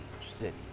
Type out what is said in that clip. city